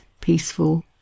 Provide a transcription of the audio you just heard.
peaceful